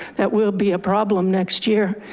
that will be a problem next year.